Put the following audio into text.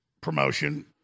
promotion